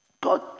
God